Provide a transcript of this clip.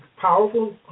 powerful